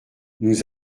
nous